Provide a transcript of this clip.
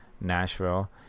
Nashville